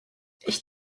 ich